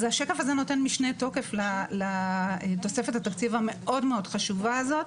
אז השקף הזה נותן משנה תוקף לתוספת התקציב המאוד מאוד חשובה הזאת.